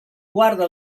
guarda